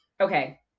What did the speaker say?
okay